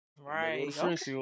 Right